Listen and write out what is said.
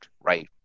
right